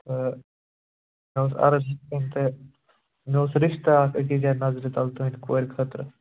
مےٚ اوس عرٕض یِتھٕ کٔنۍ کہِ مےٚ اوس رِشتہٕ اَکھ أکِس جایہِ نظرِ تل تُہٕنٛدِ کورِ خٲطرٕ